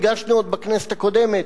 הגשנו עוד בכנסת הקודמת,